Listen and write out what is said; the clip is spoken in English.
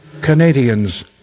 Canadians